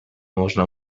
można